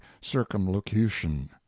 circumlocution